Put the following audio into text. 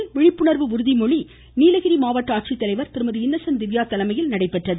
உதகையில் விழிப்புணர்வு உறுதிமொழி நீலகிரி மாவட்ட ஆட்சித்தலைவர் திருமதி இன்னசென்ட் திவ்யா தலைமையில் நடைபெற்றது